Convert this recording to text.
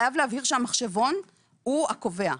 חייבים להבהיר שהמחשבון הוא הקובע.